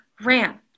ran